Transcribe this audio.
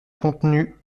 contenus